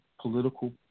political